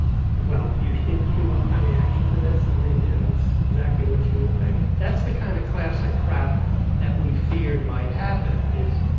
well, you, you want my reaction to this? i mean, you know, it's exactly what you would think. that's the kind of classic crap that we feared might happen is,